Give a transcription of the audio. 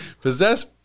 Possessed